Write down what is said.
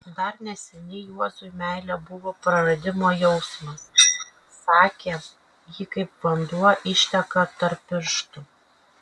dar neseniai juozui meilė buvo praradimo jausmas sakė ji kaip vanduo išteka tarp pirštų